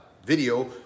video